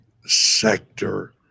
sector